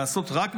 לעשות רק בצבא,